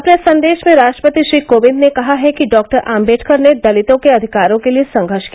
अपने संदेश में राष्ट्रपति श्री कोविंद ने कहा है कि डॉक्टर आम्बेडकर ने दलितों के अधिकारों के लिए संघर्ष किया